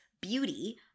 beauty